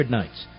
nights